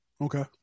Okay